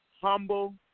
humble